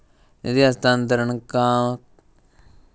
निधी हस्तांतरण कसा काम करता ह्याच्या बद्दल माहिती दिउक शकतात काय?